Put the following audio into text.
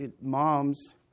moms